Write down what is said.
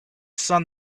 sun